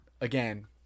again –